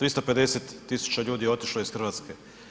350 tisuća ljudi je otišlo iz Hrvatske.